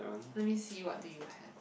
let me see what do you have